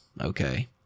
Okay